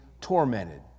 tormented